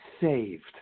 saved